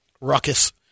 Ruckus